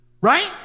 Right